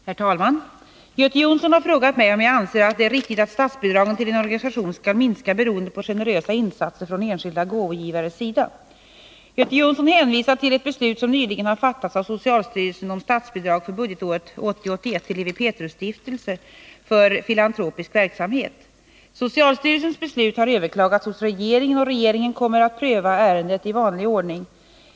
Herr talman! Göte Jonsson har frågat mig om jag anser att det är riktigt att statsbidragen till en organisation skall minska beroende på generösa insatser från enskilda gåvogivares sida: Göte Jonsson hänvisar till ett beslut som nyligen har fattats av socialstyrelsen om statsbidrag för budgetåret 1980/81 till Lewi Pethrus stiftelse för filantropisk verksamhet. Socialstyrelsens beslut har överklagats hos regeringen, och regeringen kommer att pröva ärendet i vanlig ordning.